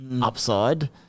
upside